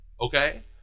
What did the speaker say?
Okay